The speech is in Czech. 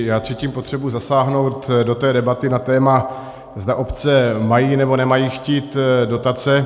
Já cítím potřebu zasáhnout do debaty na téma, zda obce mají nebo nemají chtít dotace.